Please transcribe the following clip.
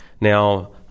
now